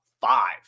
five